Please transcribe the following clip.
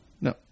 no